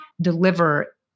deliver